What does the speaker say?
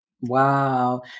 Wow